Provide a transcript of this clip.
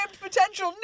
potential